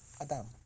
Adam